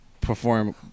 perform